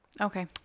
okay